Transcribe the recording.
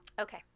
Okay